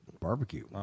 barbecue